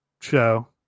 show